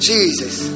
Jesus